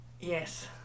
Yes